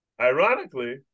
ironically